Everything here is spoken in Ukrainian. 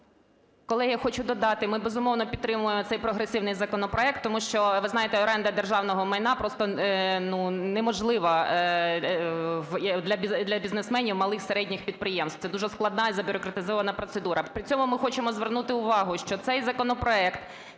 Колеги, я хочу додати. Ми, безумовно, підтримуємо цей прогресивний законопроект, тому що, ви знаєте, оренда державного майна просто неможлива для бізнесменів малих (середніх) підприємств. Це дуже складна і забюрократизована процедура. При цьому ми хочемо звернути увагу, що цей законопроект